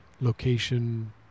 location